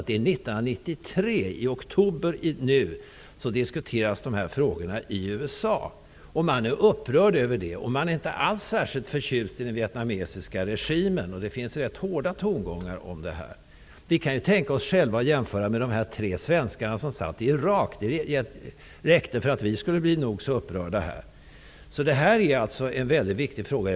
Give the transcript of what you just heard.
Det är nu i oktober 1993 som dessa frågor diskuteras i USA. Man är upprörd över detta, och man är inte alls särskilt förtjust i den vietnamesiska regimen. Det är rätt hårda tongångar. Man kan ju göra en jämförelse med de tre svenskar som satt fångna i Irak. Det räckte för att vi skulle bli nog så upprörda. Detta är alltså en viktig fråga.